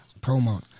Promo